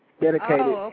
dedicated